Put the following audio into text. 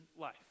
life